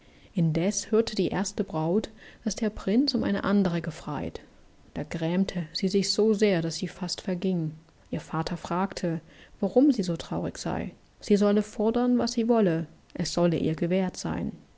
indeß hörte die erste braut daß der prinz um eine andere gefreit da grämte sie sich so sehr daß sie fast verging ihr vater fragte warum sie so traurig sey sie solle fordern was sie wolle es solle ihr gewährt seyn